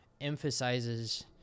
emphasizes